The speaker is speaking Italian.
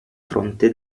fronte